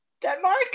Denmark